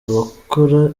abakora